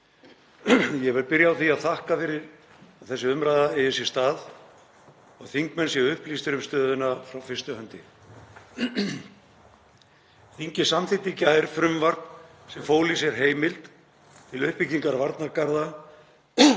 Ég vil byrja á því að þakka fyrir að þessi umræða eigi sér stað og að þingmenn séu upplýstir um stöðuna frá fyrstu hendi. Þingið samþykkti í gær frumvarp sem fól í sér heimild til uppbyggingar varnargarða